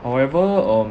however um